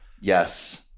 Yes